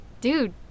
Dude